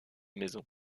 maison